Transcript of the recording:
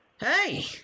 Hey